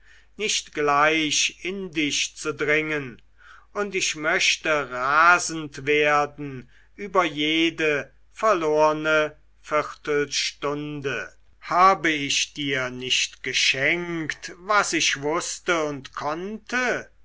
nicht gleich in dich zu dringen und ich möchte rasend werden über jede verlorne viertelstunde habe ich dir nicht geschenkt was ich wußte und konnte